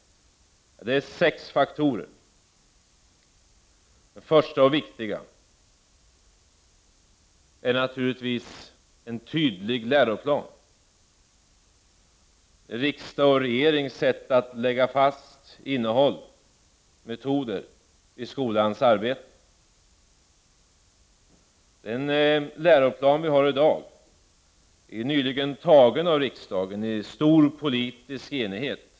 Ja, det är sex faktorer: Den första och viktiga faktorn är naturligtvis en tydlig läroplan — riksdagens och regeringens sätt att lägga fast innehåll och metoder i skolans arbete. Den läroplan som vi har i dag antogs nyligen av riksdagen i stor politisk enighet.